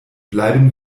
bleiben